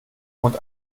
und